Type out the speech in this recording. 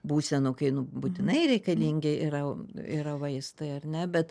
būsenų kai nu būtinai reikalingi yra yra vaistai ar ne bet